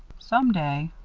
some day,